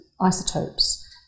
isotopes